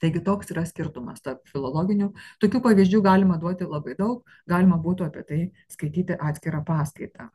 taigi toks yra skirtumas tarp filologinio tokių pavyzdžių galima duoti labai daug galima būtų apie tai skaityti atskirą paskaitą